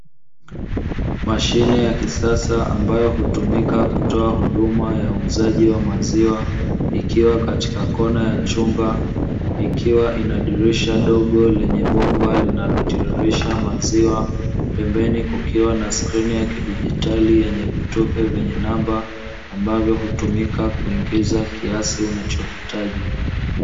Mashine ya kisasa inayotumika katika uzaji wa maziwa, ikiwa katika Kona ya chumba ikiwa inadirisha dogo linalotiririsha maziwa, pembeni kukiwa na sikrini ya kidigitali yenye vitufe vyenye namba ambayo hutumika kuingiza kiasi unachohitaji.